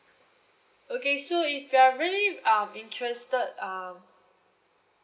okay so if you are really um interested um